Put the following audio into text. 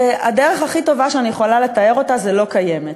שהדרך הכי טובה שאני יכולה לתאר אותה זה: לא קיימת.